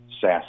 SaaS